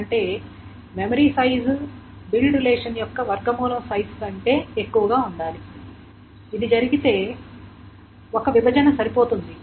అంటే memory size build relation యొక్క వర్గమూలం సైజు కంటే ఎక్కువగా ఉండాలి ఇది జరిగితే ఒక విభజన సరిపోతుంది